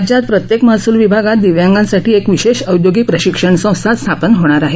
राज्यात प्रत्येक महसूल विभागात दिव्यांगांसाठी एक विशेष औद्योगिक प्रशिक्षण संस्था स्थापन होणार आहे